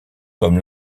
comme